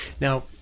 Now